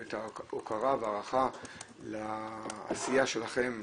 ההוקרה וההערכה לעשייה שלכם,